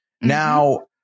Now